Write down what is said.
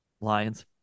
Lions